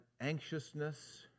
anxiousness